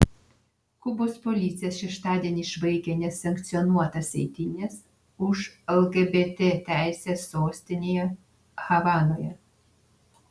kubos policija šeštadienį išvaikė nesankcionuotas eitynes už lgbt teises sostinėje havanoje